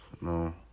No